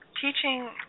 teaching